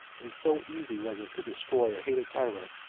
and so easy was it to destroy a hated tyrant,